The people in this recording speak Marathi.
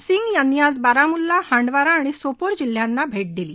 सिंग यांनी आज बारामुल्ला हांडवारा आणि सोपोर जिल्ह्यांना भेट दिली